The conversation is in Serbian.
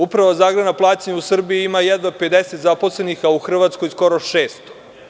Uprava za agrarna plaćanja u Srbiji ima jedva 50 zaposlenih, a u Hrvatskoj skoro 600.